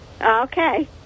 okay